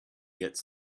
gets